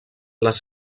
les